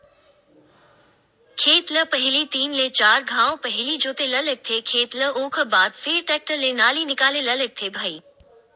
खेत ल पहिली तीन ले चार घांव पहिली जोते ल लगथे खेत ल ओखर बाद फेर टेक्टर ले नाली निकाले ल लगथे भई